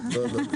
טוב, לא ידעתי.